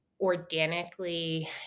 organically